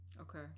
Okay